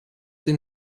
den